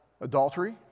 adultery